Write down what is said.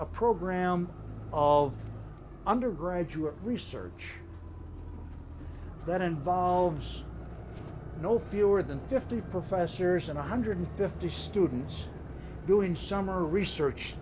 a program of undergraduate research that involves no fewer than fifty professors and one hundred fifty students doing summer research